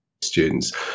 students